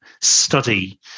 study